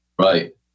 Right